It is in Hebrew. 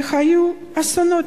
והיו אסונות.